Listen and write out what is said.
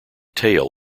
tail